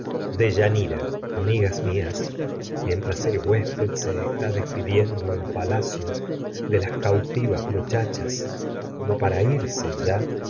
abandonada deyanira amigas está mías mientras el huésped se despidiendo para en palacio de las cautivas muchachas como irse ya